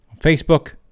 Facebook